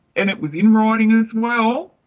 and it was in writing as well,